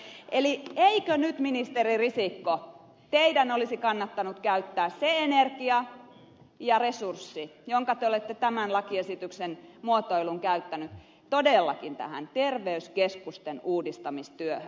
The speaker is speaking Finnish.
eli eikö nyt ministeri risikko teidän olisi kannattanut käyttää se energia ja resurssi jonka te olette tämän lakiesityksen muotoiluun käyttänyt todellakin tähän terveyskeskusten uudistamistyöhön